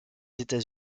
états